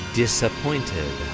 disappointed